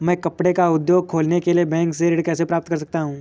मैं कपड़े का उद्योग खोलने के लिए बैंक से ऋण कैसे प्राप्त कर सकता हूँ?